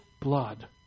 blood